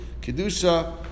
Kedusha